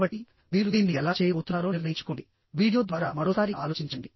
కాబట్టిమీరు దీన్ని ఎలా చేయబోతున్నారో నిర్ణయించుకోండి వీడియో ద్వారా మరోసారి ఆలోచించండి